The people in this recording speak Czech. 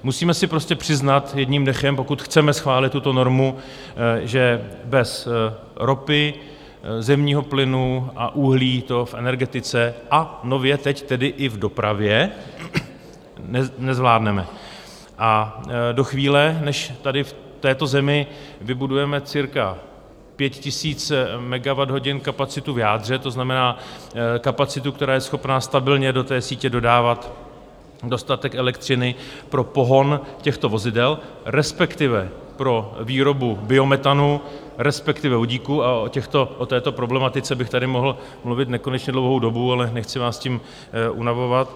Musíme si prostě přiznat jedním dechem, pokud chceme schválit tuto normu, že bez ropy, zemního plynu a uhlí to v energetice, a nově teď tedy i v dopravě nezvládneme, a do chvíle, než tady v této zemi vybudujeme cirka 5000 MWh kapacitu v jádře, to znamená kapacitu, která je schopná stabilně do té sítě dodávat dostatek elektřiny pro pohon těchto vozidel, respektive pro výrobu biometanu, respektive vodíku, a o této problematice bych tady mohl mluvit nekonečně dlouhou dobu, ale nechci vás tím unavovat.